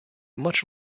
much